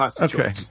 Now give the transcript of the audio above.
Okay